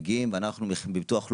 מגיעים: אנחנו מביטוח לאומי,